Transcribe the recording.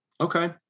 Okay